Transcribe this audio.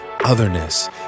otherness